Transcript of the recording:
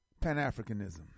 Pan-Africanism